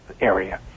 area